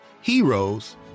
heroes